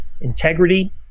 integrity